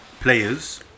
players